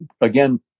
again